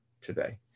today